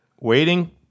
waiting